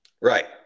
Right